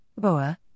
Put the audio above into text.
BOA